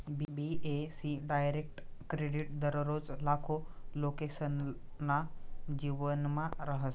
बी.ए.सी direct credit दररोज लाखो लोकेसना जीवनमा रहास